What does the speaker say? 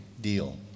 deal